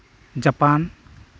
Japan